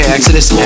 Exodus